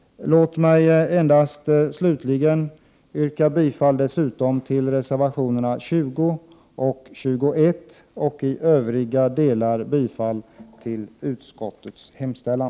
Låt mig dessutom yrka bifall till reservationerna 20 och 21 samt i övriga delar bifall till utskottets hemställan.